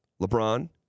LeBron